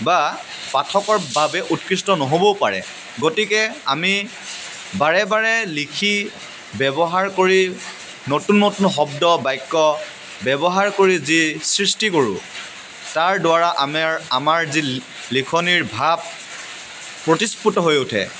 বা পাঠকৰ বাবে উৎকৃষ্ট নহ'বও পাৰে গতিকে আমি বাৰে বাৰে লিখি ব্যৱহাৰ কৰি নতুন নতুন শব্দ বাক্য ব্যৱহাৰ কৰি যি সৃষ্টি কৰোঁ তাৰ দ্বাৰা আমেৰ আমাৰ যি লিখনিৰ ভাৱ প্ৰতিস্ফুট হৈ উঠে